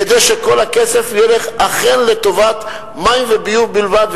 כדי שכל הכסף אכן ילך לטובת מים וביוב בלבד,